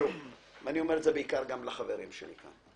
אני אומר בעיקר לחברים שלי כאן: